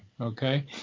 okay